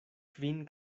kvin